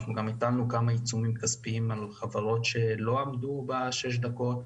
אנחנו גם הטלנו כמה עיצומים כספיים על חברות שלא עמדו בשש הדקות